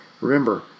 remember